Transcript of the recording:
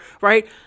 right